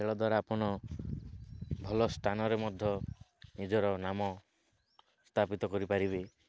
ଖେଳ ଦ୍ୱାରା ଆପଣ ଭଲ ସ୍ଥାନରେ ମଧ୍ୟ ନିଜର ନାମ ସ୍ଥାପିତ କରିପାରିବେ